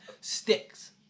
sticks